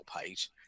page